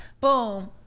boom